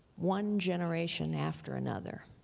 one generation after another.